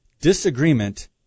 disagreement